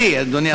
הדדי, אדוני השר.